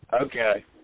Okay